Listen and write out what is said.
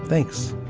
thanks